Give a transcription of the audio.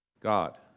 God